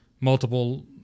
multiple